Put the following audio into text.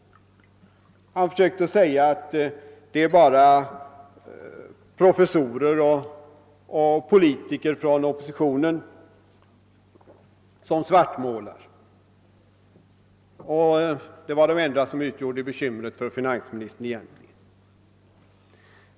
Han säger att det bara är professorer och politiker från oppositionen som svartmålar; det är egentligen dessa som utgör ett bekymmer för finansministern.